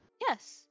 Yes